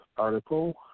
article